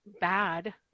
bad